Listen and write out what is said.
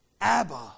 Abba